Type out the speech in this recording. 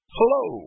Hello